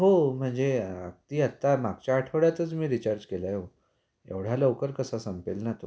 हो म्हणजे अग ती आत्ता मागच्या आठवड्यातच मी रिचार्ज केला आहे हो एवढ्या लवकर कसा संपेल ना तो